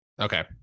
Okay